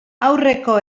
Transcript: aurreko